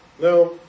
Now